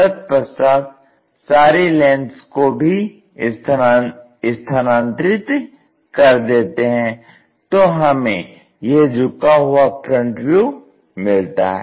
तत्पश्चात सारी लेंथ्स को भी स्थानांतरित कर देते हैं तो हमें यह झुका हुआ फ्रंट व्यू मिलता है